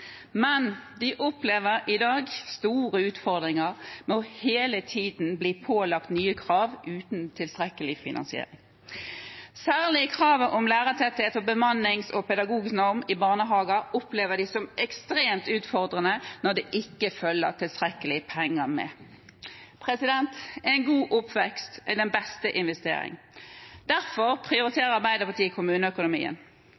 Men de opplever i dag store utfordringer når de hele tiden blir pålagt nye krav uten tilstrekkelig finansiering. Særlig kravet om lærertetthet og bemanningsnorm og pedagogisk norm i barnehager opplever de som ekstremt utfordrende når det ikke følger tilstrekkelig med penger med. En god oppvekst er den beste investering. Derfor